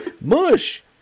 Mush